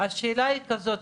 השאלה היא כזאת,